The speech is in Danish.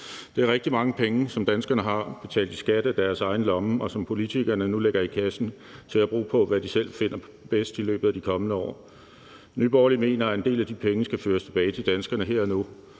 Det er rigtig mange penge, som danskerne har betalt i skat af deres egen lomme, og som politikerne nu lægger i kassen til at bruge på, hvad de selv finder bedst i løbet af de kommende år. Nye Borgerlige mener, at en del af de penge skal føres tilbage til danskerne her og nu,